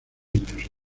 incluso